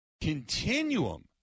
continuum